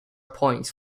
points